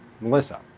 Melissa